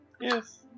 Yes